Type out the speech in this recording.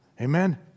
Amen